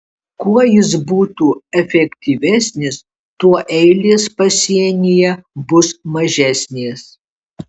kuo jis būtų efektyvesnis tuo eilės pasienyje bus mažesnės